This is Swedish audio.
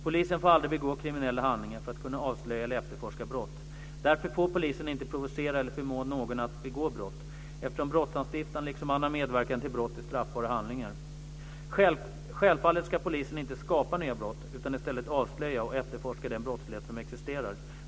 Polisen får aldrig begå kriminella handlingar för att kunna avslöja eller efterforska brott. Därför får polisen inte provocera eller förmå någon att begå brott, eftersom brottsanstiftan liksom annan medverkan till brott är straffbara handlingar. Självfallet ska polisen inte skapa nya brott, utan i stället avslöja och efterforska den brottslighet som existerar.